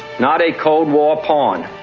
not a cold war pawn.